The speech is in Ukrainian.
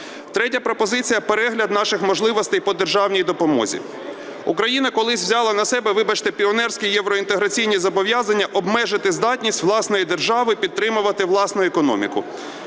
Третя пропозиція – перегляд наших можливостей по державній допомозі. Україна колись взяла на себе, вибачте, піонерські євроінтеграційні зобов'язання обмежити здатність власної держави підтримувати власну економіку.